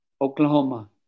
Oklahoma